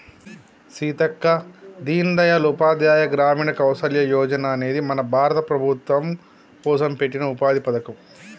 సీతక్క దీన్ దయాల్ ఉపాధ్యాయ గ్రామీణ కౌసల్య యోజన అనేది మన భారత ప్రభుత్వం కోసం పెట్టిన ఉపాధి పథకం